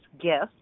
gift